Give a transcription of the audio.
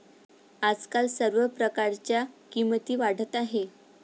आजकाल सर्व प्रकारच्या किमती वाढत आहेत